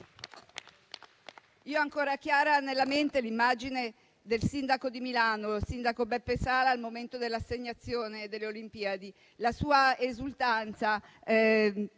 Io ho ancora chiara nella mente l'immagine del sindaco di Milano, Beppe Sala, al momento dell'assegnazione delle Olimpiadi. La sua esultanza